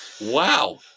wow